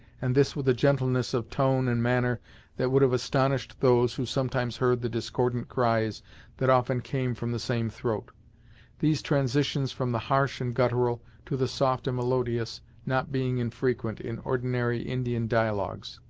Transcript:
and this with a gentleness of tone and manner that would have astonished those who sometimes heard the discordant cries that often came from the same throat these transitions from the harsh and guttural, to the soft and melodious not being infrequent in ordinary indian dialogues.